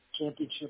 championship